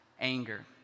anger